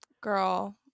girl